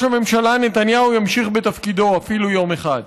הממשלה נתניהו ימשיך בתפקידו אפילו יום אחד.